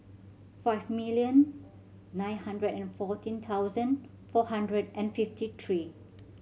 five million nine hundred and fourteen thousand four hundred and fifty three